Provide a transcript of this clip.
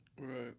Right